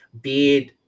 beard